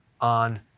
on